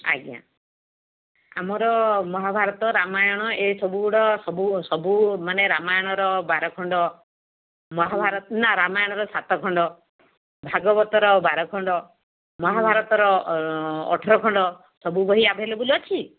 ଆଜ୍ଞା ଆମର ମହାଭାରତ ରାମାୟଣ ଏ ସବୁଗୁଡ଼ା ସବୁ ସବୁ ମାନେ ରାମାୟଣର ବାର ଖଣ୍ଡ ମହାଭାରତ ନାଁ ରାମାୟଣର ସାତ ଖଣ୍ଡ ଭାଗବତର ବାର ଖଣ୍ଡ ମହାଭାରତର ଅଠର ଖଣ୍ଡ ସବୁ ବହି ଆଭେଲେବଲ୍ ଅଛି